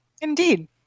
indeed